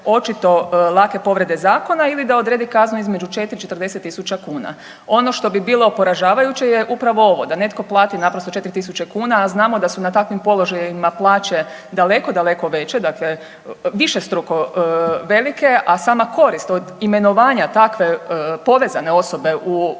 očito lake povrede zakona ili da odredi kaznu između 4 i 40 tisuća kuna. Ono što bi bilo poražavajuće je upravo ovo da netko plati naprosto 4 tisuće kuna, a znamo da su na takvim položajima plaće daleko daleko veće, dakle višestruko velike, a sama korist od imenovanja takve povezane osobe u